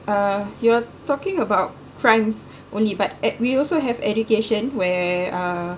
uh you're talking about crimes only but at we also have education where uh